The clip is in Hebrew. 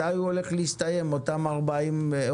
מתי הוא הולך להסתיים, אותן 40 אוניות